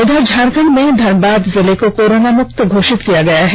उधर झारखंड में धनबाद जिले को कोरोना मुक्त घोषित कर दिया गया है